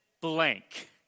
blank